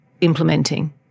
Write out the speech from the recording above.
implementing